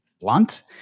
blunt